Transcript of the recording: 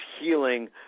healing